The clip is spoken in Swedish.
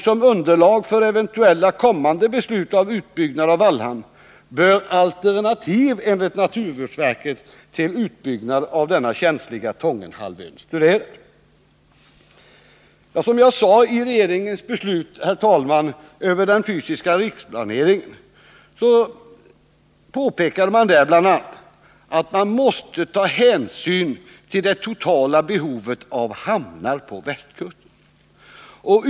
Som underlag för eventuella kommande beslut om utbyggnad av Vallhamn bör enligt naturvårdsverket alternativ till utbyggnad på den känsliga Tångenhalvön studeras. Som jag redan sagt, herr talman, påpekades i regeringens beslut angående den fysiska riksplaneringen bl.a. att man måste ta hänsyn till det totala behovet av hamnar på Västkusten.